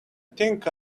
think